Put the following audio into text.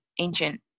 ancient